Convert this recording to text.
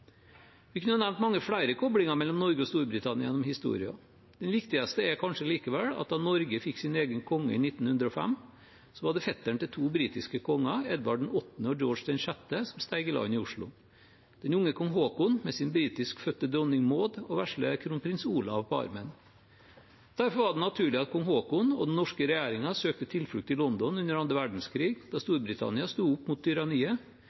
Vi kunne nevnt mange flere koblinger mellom Norge og Storbritannia gjennom historien, men den viktigste er kanskje likevel at da Norge fikk sin egen konge i 1905, var det fetteren til to britiske konger, Edvard VIII og Georg VI, som steg i land i Oslo, den unge kong Haakon med sin britiskfødte dronning Maud og vesle kronprins Olav på armen. Derfor var det naturlig at kong Haakon og den norske regjeringen søkte tilflukt i London under annen verdenskrig, da Storbritannia sto opp mot